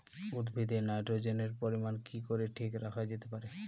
উদ্ভিদে নাইট্রোজেনের পরিমাণ কি করে ঠিক রাখা যেতে পারে?